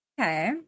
Okay